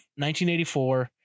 1984